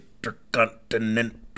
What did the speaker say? intercontinental